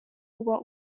uba